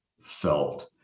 felt